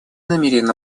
намерена